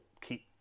keep